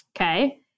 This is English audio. Okay